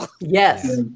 Yes